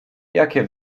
jakie